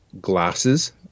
glasses